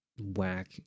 whack